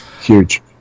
Huge